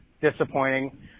Disappointing